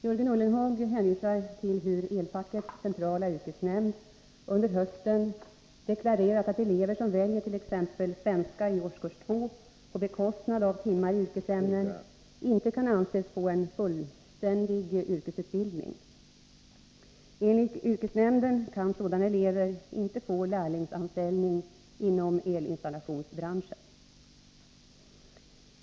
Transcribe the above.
Jörgen Ullenhag hänvisar till hur Elfackets centrala yrkesnämnd under hösten deklarerat att elever som väljer t.ex. svenska i årskurs 2 på bekostnad av timmar i yrkesämnen inte kan anses få en fullständig yrkesutbildning. Enligt yrkesnämnden kan sådana elever inte få lärlingsanställning inom elinstallationsbranschen.